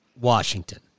Washington